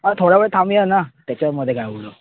हां थोडा वेळ थांबूया ना त्याच्यामध्ये काय एवढं